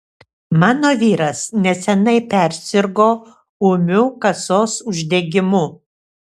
mano vyras neseniai persirgo ūmiu kasos uždegimu